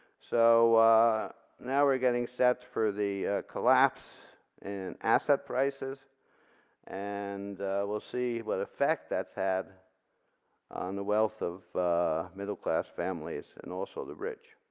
so now we're getting set for the collapse in and asset prices and we'll see what effects that's had on the wealth of middle class families, and also the rich.